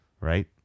right